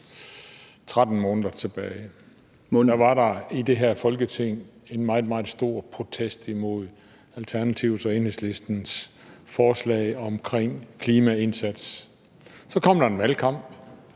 13 måneder tilbage. Da var der i det her Folketing en meget, meget stor protest imod Alternativets og Enhedslistens forslag omkring klimaindsats. Så kom der en valgkamp,